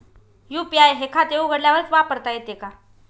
UPI हे खाते उघडल्यावरच वापरता येते का?